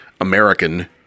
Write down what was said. American